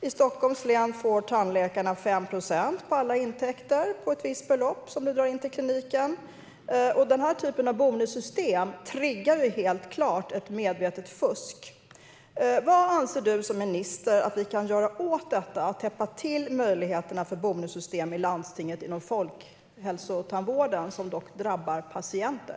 I Stockholms län får tandläkarna 5 procent på alla intäkter på ett visst belopp som de drar in till kliniken. Den här typen av bonussystem triggar helt klart ett medvetet fusk. Vad anser ministern att vi kan göra åt detta för att täppa till möjligheterna för landstingens bonussystem inom folkhälsotandvården som drabbar patienter?